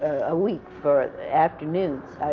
a week, for afternoons.